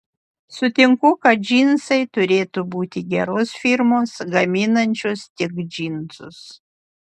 sutinku kad džinsai turėtų būti geros firmos gaminančios tik džinsus